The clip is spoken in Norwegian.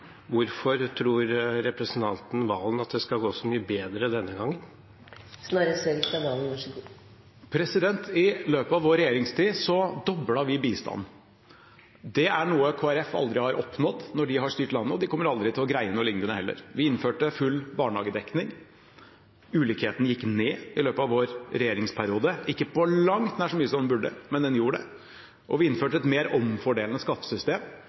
hvorfor tror representanten Serigstad Valen at det skal gå så mye bedre denne gangen? I løpet av vår regjeringstid doblet vi bistanden. Det er noe Kristelig Folkeparti aldri har oppnådd når de har styrt landet, og de kommer heller aldri til å greie noe lignende. Vi innførte full barnehagedekning. Ulikheten gikk ned i løpet av vår regjeringsperiode – ikke på langt nær så mye som den burde, men den gjorde det. Vi innførte et mer omfordelende skattesystem,